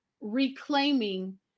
reclaiming